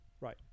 Right